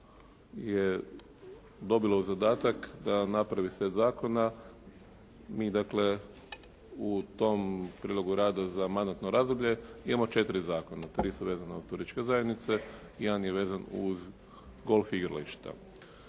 je dobilo zadatak da napravi set zakona, mi dakle u tom prilogu rada za mandatno razdoblje. Tri su vezana uz turističke zajednice, jedan je vezan uz golf igrališta.